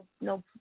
no